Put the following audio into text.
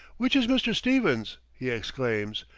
which is mr. stevens? he exclaims,